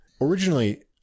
originally